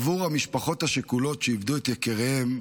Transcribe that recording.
עבור המשפחות השכולות שאיבדו את יקיריהן,